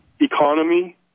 economy